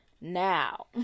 now